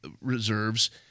reserves